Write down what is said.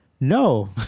No